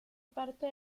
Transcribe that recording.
parte